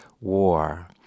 war